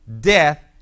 death